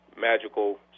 magical